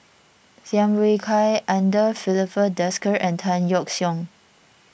Tham Yui Kai andre Filipe Desker and Tan Yeok Seong